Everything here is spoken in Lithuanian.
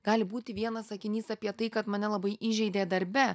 gali būti vienas sakinys apie tai kad mane labai įžeidė darbe